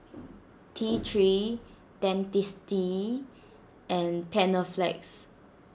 T three Dentiste and Panaflex